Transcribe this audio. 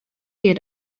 yet